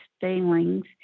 feelings